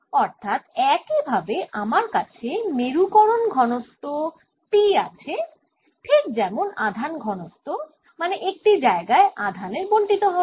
অর্থাৎ একইভাবে আমার কাছে মেরুকরন ঘনত্ব P আছে ঠিক যেমন আধান ঘনত্ব মানে একটি জায়গায় আধানের বণ্টিত হওয়া